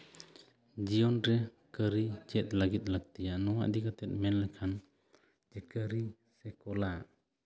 ᱡᱤᱭᱚᱱ ᱨᱮ ᱠᱟᱹᱨᱤ ᱪᱮᱫ ᱞᱟᱹᱜᱤᱫ ᱞᱟᱹᱠᱛᱤᱭᱟ ᱱᱚᱣᱟ ᱤᱫᱤ ᱠᱟᱛᱮᱜ ᱢᱮᱱ ᱞᱮᱠᱷᱟᱱ ᱡᱮ ᱠᱟᱹᱨᱤ ᱥᱮ ᱠᱚᱞᱟ